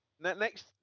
Next